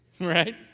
right